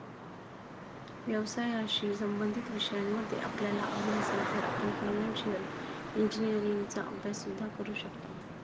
व्यवसायाशी संबंधित विषयांमध्ये आपल्याला आवड असेल तर आपण फायनान्शिअल इंजिनीअरिंगचा अभ्यास सुद्धा करू शकता